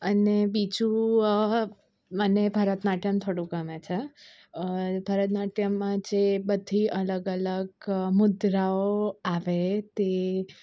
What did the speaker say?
અને બીજું મને ભરતનાટ્યમ થોડું ગમે છે ભરતનાટ્યમમાં જે બધી અલગ અલગ મુદ્રાઓ આવે તે